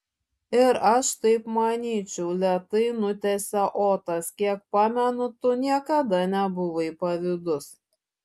ir aš taip manyčiau lėtai nutęsė otas kiek pamenu tu niekada nebuvai pavydus